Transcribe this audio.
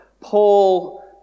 Paul